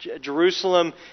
Jerusalem